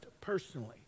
personally